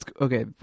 okay